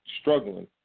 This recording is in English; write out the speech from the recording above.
struggling